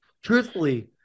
Truthfully